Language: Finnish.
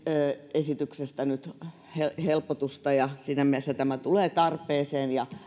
esityksestä nyt helpotusta siinä mielessä tämä tulee tarpeeseen ja